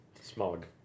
smog